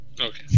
Okay